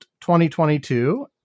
2022